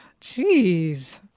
Jeez